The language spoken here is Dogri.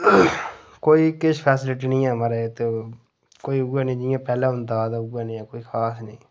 कोई किश फैसिलिटि नेईं ऐ महाराज इत्थै कोई उ'यै जनेही जियां पैह्ले होंदा हा उ'यै जेहा कोई खास नेईं